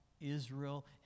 Israel